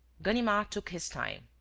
ganimard took his time,